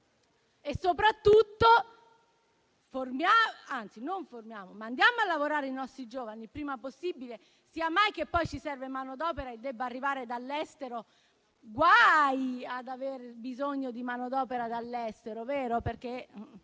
Soprattutto, mandiamo a lavorare i nostri giovani il prima possibile: non sia mai che poi ci serva manodopera e debba arrivare dall'estero; guai ad aver bisogno di manodopera dall'estero, vero? Dobbiamo